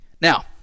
Now